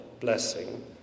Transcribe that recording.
blessing